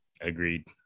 Agreed